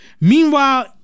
Meanwhile